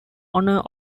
honor